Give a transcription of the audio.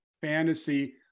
fantasy